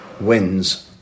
wins